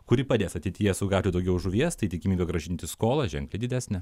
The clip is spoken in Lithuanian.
kuri padės ateityje sugauti daugiau žuvies tai tikimybė grąžinti skolą ženkliai didesnė